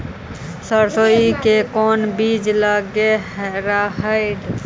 सरसोई मे कोन बीज लग रहेउ?